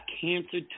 cancer